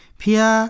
pia